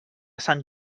sant